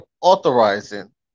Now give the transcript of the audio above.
authorizing